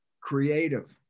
creative